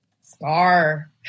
Scar